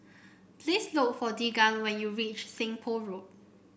please look for Deegan when you reach Seng Poh Road